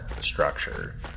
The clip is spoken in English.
structure